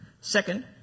Second